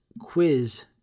quiz